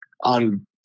on